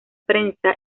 prensa